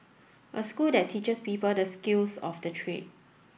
a school that teaches people the skills of the trade